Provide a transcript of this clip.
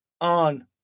on